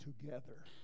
together